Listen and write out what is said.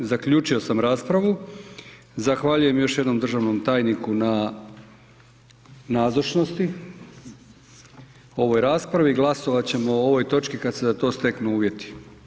Zaključio sam raspravu, zahvaljujem još jednom državnom tajniku na nazočnosti u ovoj raspravi, glasovat ćemo ovoj točki kad se za to steknu uvjeti.